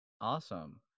Awesome